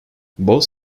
both